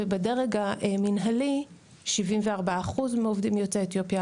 ובדרג המנהלי 74% מהעובדים יוצאי אתיופיה,